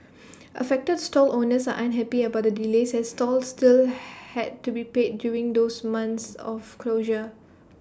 affected stall owners unhappy about the delays as store still had to be paid during those months of closure